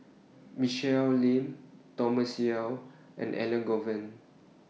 Michelle Lim Thomas Yeo and Elangovan